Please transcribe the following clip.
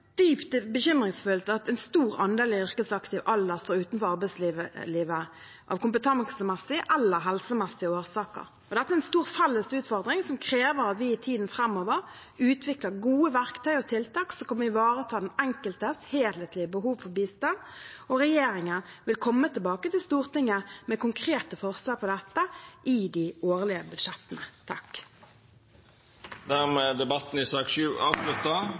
dypt bekymringsfullt at en stor andel i yrkesaktiv alder står utenfor arbeidslivet av kompetansemessige eller helsemessige årsaker. Dette er en stor felles utfordring som krever at vi i tiden framover utvikler gode verktøy og tiltak som kan ivareta den enkeltes helhetlige behov for bistand. Regjeringen vil komme tilbake til Stortinget med konkrete forslag til dette i de årlige budsjettene. Debatten i sak nr. 7 er dermed avslutta.